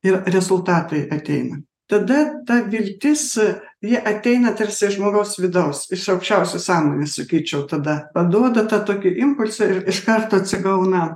ir rezultatai ateina tada ta viltis ji ateina tarsi iš žmogaus vidaus iš aukščiausios sąmonės sakyčiau tada paduoda tą tokį impulsą ir iš karto atsigauna